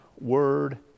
word